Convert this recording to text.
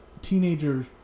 teenagers